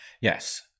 Yes